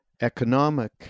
economic